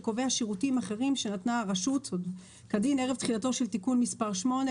שקובעת "שירותים אחרים שנתנה הרשות כדין ערב תחילתו של תיקון מס' 8,